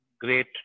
great